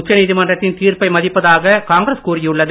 உச்சநீதிமன்றத்தின் தீர்ப்பை மதிப்பதாக காங்கிரஸ் கூறியுள்ளது